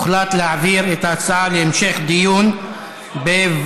הוחלט להעביר את ההצעה להמשך דיון בוועדת